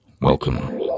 Welcome